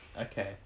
Okay